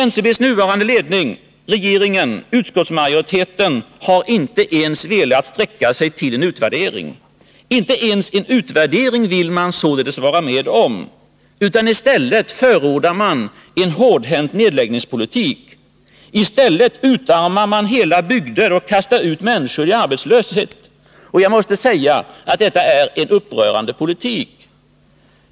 NCB:s nuvarande ledning, regeringen och utskottsmajoriteten vill inte ens vara med om en utvärdering av förslagen. I stället förordar man en hård nedläggningspolitik. I stället utarmar man hela bygder och kastar ut människor i arbetslöshet. Jag måste säga att detta är en upprörande politik.